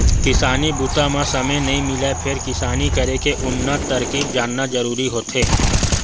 किसानी बूता म समे नइ मिलय फेर किसानी करे के उन्नत तरकीब जानना जरूरी होथे